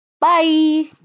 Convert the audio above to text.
Bye